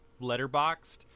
letterboxed